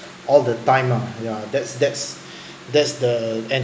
all the time ah yeah that's that's that's the end